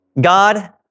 God